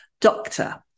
doctor